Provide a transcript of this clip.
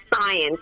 science